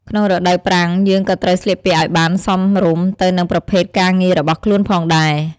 ក្នុងរដូវប្រាំង យើងក៏ត្រូវស្លៀកពាក់ឲ្យបានសមរម្យទៅនឹងប្រភេទការងាររបស់ខ្លួនផងដែរ។